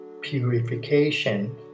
purification